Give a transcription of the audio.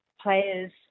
players